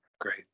Great